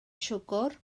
siwgr